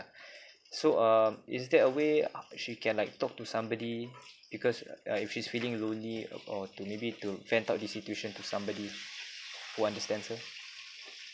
so um is there a way she can like talk to somebody because uh uh if she's feeling lonely or or to maybe to vent out this situation to somebody who understands her